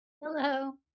Hello